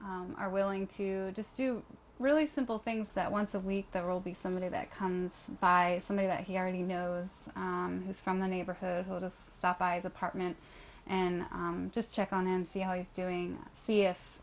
o are willing to just do really simple things that once a week there will be somebody that comes by somebody that he already knows who's from the neighborhood to stop by his apartment and just check on and see how he's doing see if